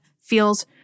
feels